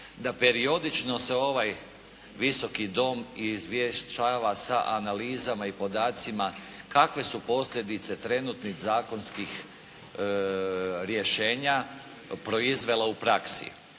da periodično se ovaj Visoki dom izvješćuje sa analizama i podacima kakve su posljedice trenutnih zakonskih rješenja proizvela u praksi,